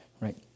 right